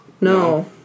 No